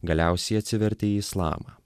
galiausiai atsivertė į islamą